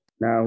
Now